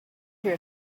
hear